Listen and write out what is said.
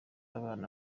abana